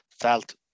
felt